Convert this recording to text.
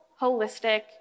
holistic